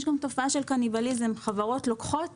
יש גם תופעה של קניבליזם חברות לוקחות